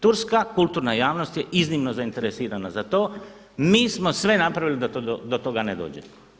Turska kulturna javnost je iznimno zainteresirana za to, mi smo sve napravili da do toga ne dođe.